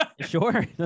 Sure